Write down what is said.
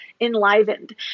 enlivened